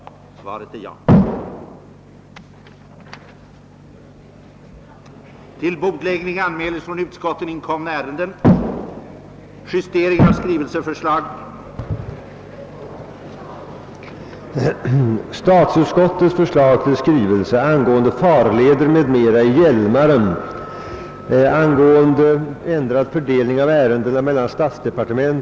Svaret är ja. Härmed får jag anhålla om ledighet från riksdagsgöromålen under tiden 27 5 1969 för deltagande i sammanträde med Europarådsutskott i Ankara och Istambul.